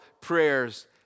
prayers